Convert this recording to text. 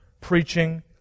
preaching